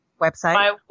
website